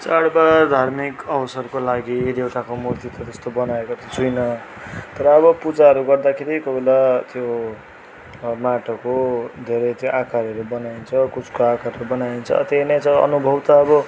चाडबाड धार्मिक अवसरको लागि देवताको मूर्ति त त्यस्तो बनाएको त छुइनँ तर अब पूजाहरू गर्दाखेरि कोही बेला त्यो माटोको धेरै चाहिँ आकारहरू बनाइन्छ कुसको आकारहरू बनाइन्छ त्यही नै छ अनुभव त अब